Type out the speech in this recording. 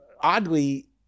oddly